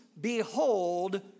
behold